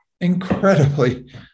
incredibly